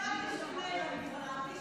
רק בשביל מאיר אני מוכנה.